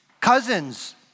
cousins